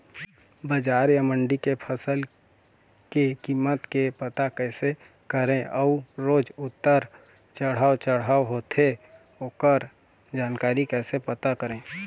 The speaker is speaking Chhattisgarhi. बजार या मंडी के फसल के कीमत के पता कैसे करें अऊ रोज उतर चढ़व चढ़व होथे ओकर जानकारी कैसे पता करें?